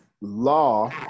Law